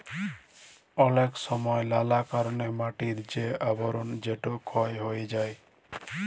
অলেক সময় লালা কারলে মাটির যে আবরল সেটা ক্ষয় হ্যয়ে যায়